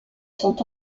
sont